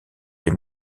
les